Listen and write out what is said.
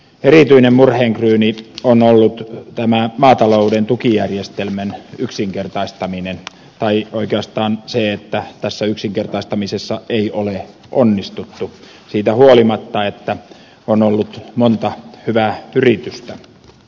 erityinen murheenkryyni on ollut tämä maatalouden tukijärjestelmän yksinkertaistaminen tai oikeastaan se että tässä yksinkertaistamisessa ei ole onnistuttu siitä huolimatta että on ollut monta hyvää yritystä